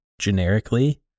generically